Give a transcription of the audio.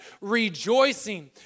rejoicing